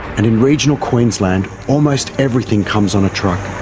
and in regional queensland, almost everything comes on a truck.